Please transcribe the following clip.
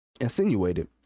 insinuated